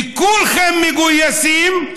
וכולכם מגויסים,